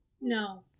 no